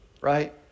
right